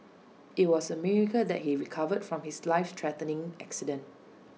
IT was A miracle that he recovered from his life threatening accident